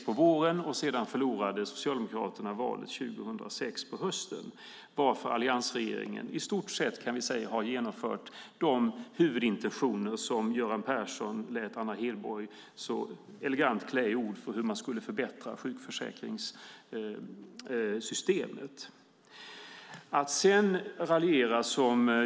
Hösten 2006 förlorade Socialdemokraterna valet, varefter alliansregeringen i stort sett har genomfört de huvudintentioner för hur man skulle förbättra sjukförsäkringssystemet som Göran Persson lät Anna Hedborg så elegant klä i ord.